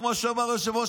כמו שאמר היושב-ראש,